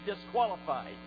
disqualified